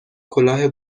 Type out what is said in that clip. کلاه